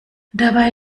dabei